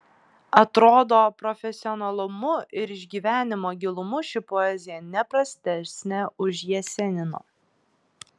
atrodo profesionalumu ir išgyvenimo gilumu ši poezija ne prastesnė už jesenino